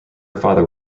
father